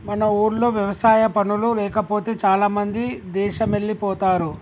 మన ఊర్లో వ్యవసాయ పనులు లేకపోతే చాలామంది దేశమెల్లిపోతారు